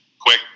quick